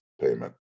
payment